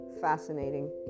fascinating